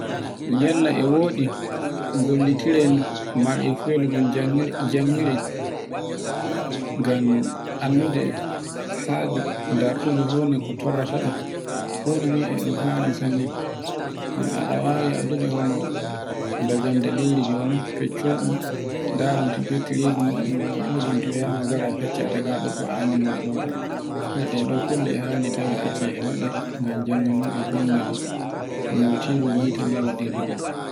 Yalle e woɗi ngollitiren marefuyen gon janngiren. Ngan anndude haaju dartunde funa ko torrata ɗun. Woni non e ɗun haani sanne ada wawai adude hono ndegadaleri jonifeccolɗum ndaron tatotiron to yiaiama ngara fecca tagaaɗo fu a anndi no. ngaɗe ɗo kulle e yawni tawe acce e tawe acce a waɗe ngam janngogal ballal nyautigol hite noy waɗirta gol.